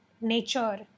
nature